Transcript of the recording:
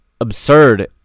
absurd